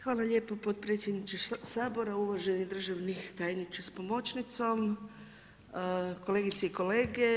Hvala lijepo potpredsjedniče Sabora, uvaženi državni tajniče s pomoćnicom, kolegice i kolege.